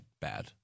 bad